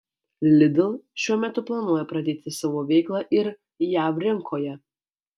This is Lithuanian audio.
lidl šiuo metu planuoja pradėti savo veiklą ir jav rinkoje